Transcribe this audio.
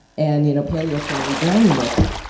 and you know paleo friendly brownie mix.